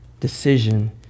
decision